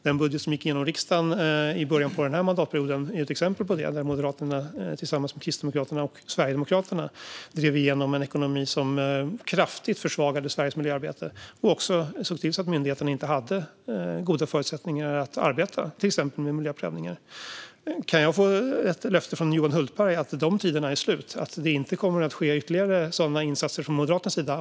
Den budget som gick igenom riksdagen i början av den här mandatperioden är ett exempel på hur Moderaterna tillsammans med Kristdemokraterna och Sverigedemokraterna drev igenom en ekonomi som kraftigt försvagade Sveriges miljöarbete och som såg till att myndigheterna inte hade goda förutsättningar att arbeta med till exempel miljöprövningar. Kan jag få ett löfte från Johan Hultberg att de tiderna är slut, att det inte kommer att ske ytterligare sådana insatser från Moderaternas sida?